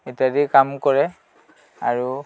ইত্যাদি কাম কৰে আৰু